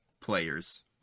players